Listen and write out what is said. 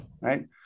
right